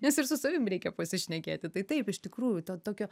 nes ir su savim reikia pasišnekėti tai taip iš tikrųjų to tokio